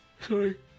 Sorry